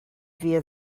via